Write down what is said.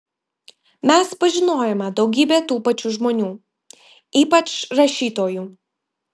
mes pažinojome daugybę tų pačių žmonių ypač rašytojų